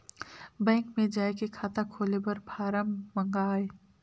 Bank मे जाय के खाता खोले बर फारम मंगाय?